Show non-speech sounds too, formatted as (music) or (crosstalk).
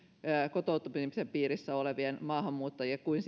kotoutumisen piirissä olevien maahanmuuttajien kuin (unintelligible)